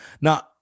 Now